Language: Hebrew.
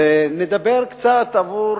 ונדבר קצת עבור